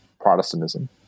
Protestantism